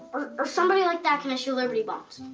or somebody like that can issue liberty bonds.